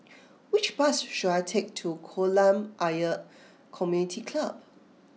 which bus should I take to Kolam Ayer Community Club